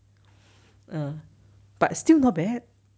err but still not bad